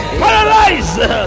paralyzed